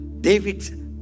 David